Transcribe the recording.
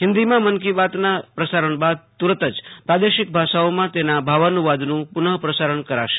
હિન્દીમાં મન કી બાતના પ્રસારણ બાદીતરતીજ પ્રાદેશિક ભાષાઓમાં તેના ભાવાનુ વાદનું પુનઃપ્રસારણ કરાશે